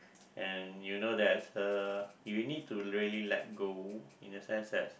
and you know there's uh you need to really let go in the sense that